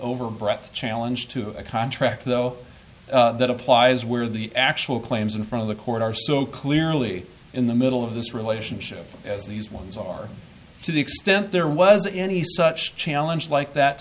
over breath challenge to a contract though that applies where the actual claims in front of the court are so clearly in the middle of this relationship as these ones are to the extent there was any such challenge like that